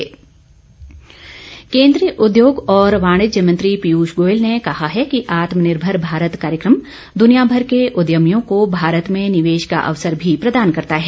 गोयल आत्मनिर्भर केन्द्रीय उद्योग और वाणिज्य मंत्री पीयूष गोयल ने कहा है कि आत्मनिर्भर भारत कार्यक्रम द्वनियामर के उद्यमियों को भारत में निवेश का अवसर भी प्रदान करता है